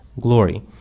glory